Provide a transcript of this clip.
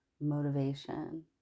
motivation